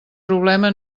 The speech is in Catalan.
problema